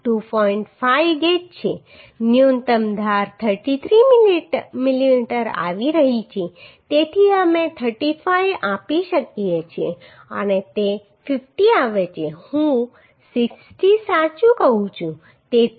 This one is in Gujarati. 5 ગેજ છે ન્યૂનતમ ધાર 33 mm આવી રહી છે તેથી અમે 35 આપી શકીએ છીએ અને તે 50 આવે છે હું 60 સાચું કહું છું